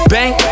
Bang